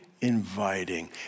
inviting